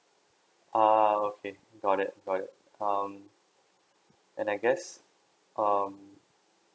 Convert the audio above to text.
err okay got it got it um and I guess um